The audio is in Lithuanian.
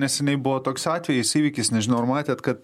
neseniai buvo toks atvejis įvykis nežinau ar matėt kad